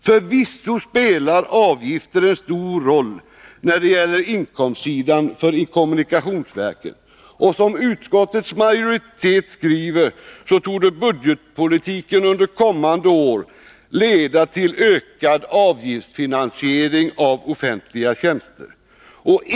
Förvisso spelar avgifter en stor roll för kommunikationsverkets inkomster. Budgetpolitiken torde, som utskottsmajoriteten skriver, under kommande år leda till ökad avgiftsfinansiering av offentliga tjänster.